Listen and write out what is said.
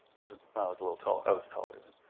i was a little taller, i was taller then.